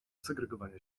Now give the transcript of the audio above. segregowania